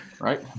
Right